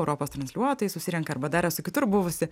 europos transliuotojai susirenka arba dar esu kitur buvusi